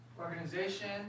Organization